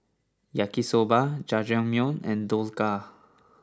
Yaki Soba Jajangmyeon and Dhokla